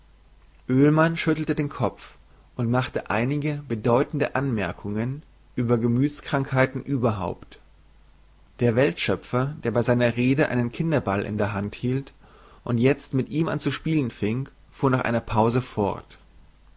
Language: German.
oehlmann schüttelte den kopf und machte einige bedeutende anmerkungen über gemüthskrankheiten überhaupt der weltschöpfer der bei seiner rede einen kinderball in der hand hielt und jezt mit ihm an zu spielen fing fuhr nach einer pause fort